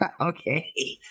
Okay